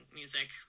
music